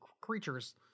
creatures